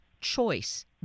choice